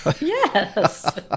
Yes